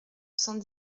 cent